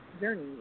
journey